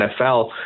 NFL